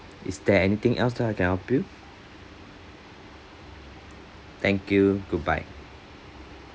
is there anything else that I can help you thank you goodbye